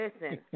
listen